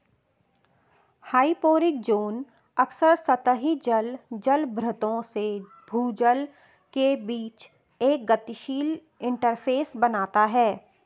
hyporheic zone अक्सर सतही जल जलभृतों से भूजल के बीच एक गतिशील इंटरफ़ेस बनाता है